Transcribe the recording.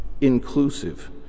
inclusive